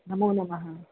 नमो नमः